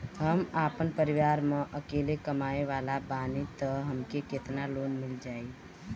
हम आपन परिवार म अकेले कमाए वाला बानीं त हमके केतना लोन मिल जाई?